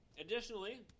Additionally